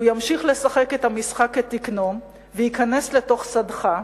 הוא ימשיך לשחק את המשחק כתקנו וייכנס לתוך שדך,